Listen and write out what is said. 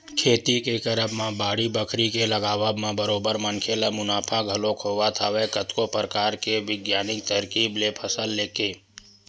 खेती के करब म बाड़ी बखरी के लगावब म बरोबर मनखे ल मुनाफा घलोक होवत हवय कतको परकार के बिग्यानिक तरकीब ले फसल लेके